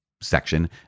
section